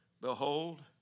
Behold